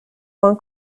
one